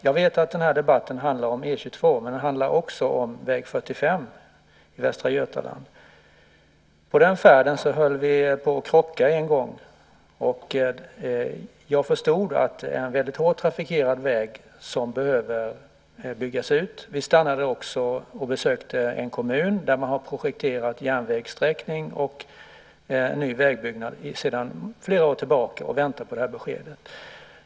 Jag vet att den här debatten handlar om E 22, men den handlar också om väg 45 i västra Götaland. På den färden höll vi på att krocka en gång, och jag förstod att det är en hårt trafikerad väg som behöver byggas ut. Vi stannade också och besökte en kommun där man har projekterat järnvägssträckning och ny vägbyggnad sedan flera år tillbaka och väntar på besked.